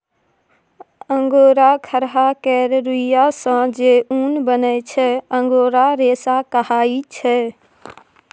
angora खरहा केर रुइयाँ सँ जे उन बनै छै अंगोरा रेशा कहाइ छै